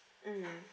mm